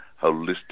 holistic